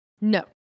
No